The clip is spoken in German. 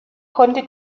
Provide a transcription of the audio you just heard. konnte